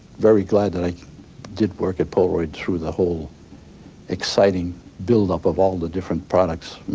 very glad that i did work at polaroid through the whole exciting build-up of all the different products.